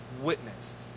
witnessed